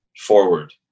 Forward